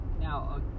Now